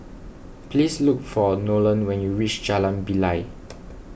please look for Nolan when you reach Jalan Bilal